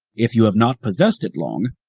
if you have not possessed it long,